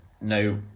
no